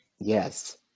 Yes